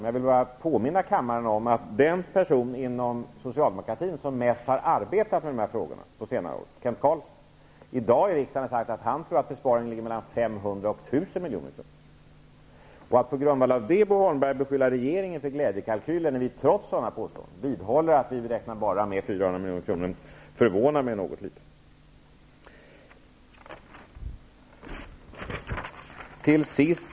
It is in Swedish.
Jag vill bara påminna kammaren om att den person inom socialdemokratin som mest har arbetat med de här frågorna på senare år, Kent Carlsson, i dag i riksdagen har sagt att han tror att besparingen ligger på mellan 500 och 1 000 milj.kr. Att på grundval av det, Bo Holmberg, beskylla regeringen för glädjekalkyler, när vi trots sådana påståenden vidhåller att vi bara räknar med 400 milj.kr., förvånar mig något.